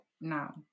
now